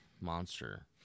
monster